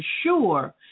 sure